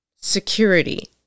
security